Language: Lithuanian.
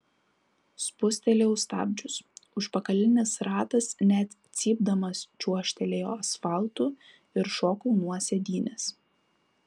spustelėjau stabdžius užpakalinis ratas net cypdamas čiuožtelėjo asfaltu ir šokau nuo sėdynės